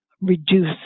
reduce